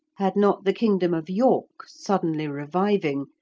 had not the kingdom of york suddenly reviving,